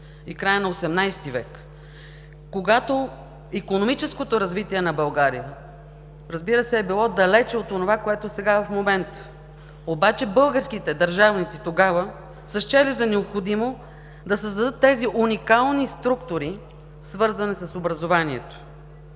в края на XIX в., когато икономическото развитие на България, разбира се, е било далеч от онова, което е сега в момента. Българските държавници тогава са счели за необходимо да създадат тези уникални структури, свързани с образованието.